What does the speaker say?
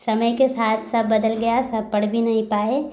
समय के साथ सब बदल गया सब पढ़ भी नहीं पाए